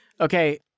Okay